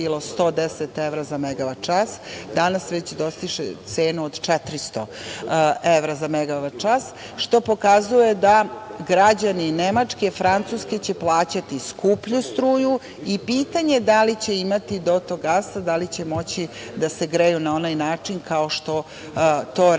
za megavat-čas, danas već dostiže cenu od 400 evra za megavat-čas, što pokazuje da građani Nemačke i Francuske će plaćati skuplju struju i pitanje je da li će imati dotok gasa, da li će moći da se greju na onaj način kao što to rade